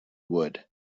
would